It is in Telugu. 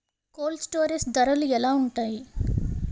కోల్డ్ స్టోరేజ్ ధరలు ఎలా ఉంటాయి?